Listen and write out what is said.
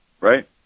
right